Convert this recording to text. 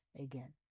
again